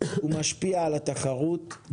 הוא משפיע על התחרות.